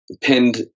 pinned